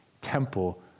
temple